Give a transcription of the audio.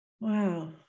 Wow